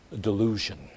delusion